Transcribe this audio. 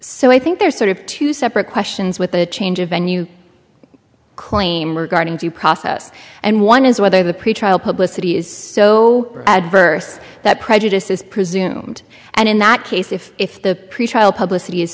so i think there's sort of two separate questions with a change of venue claim regarding due process and one is whether the pretrial publicity is so adverse that prejudice is presumed and in that case if if the pretrial publicity is